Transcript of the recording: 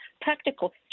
Practical